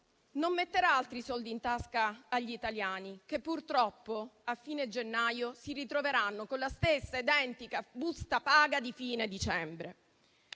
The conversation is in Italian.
non metterà altri soldi in tasca agli italiani, che purtroppo, a fine gennaio, si ritroveranno con la stessa identica busta paga di fine dicembre.